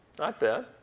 not bad.